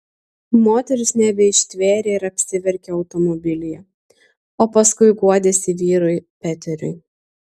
moteris nebeištvėrė ir apsiverkė automobilyje o paskui guodėsi vyrui peteriui